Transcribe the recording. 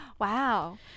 Wow